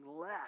less